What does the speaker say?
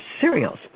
cereals